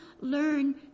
learn